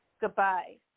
goodbye